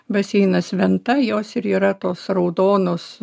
baseinas venta jos ir yra tos raudonos